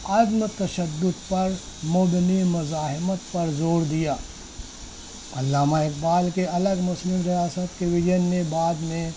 عدم تشدد پر مبنی مزاحمت پر زور دیا علامہ اقبال کے الگ مسلم ریاست کے وزن نے بعد میں